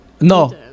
No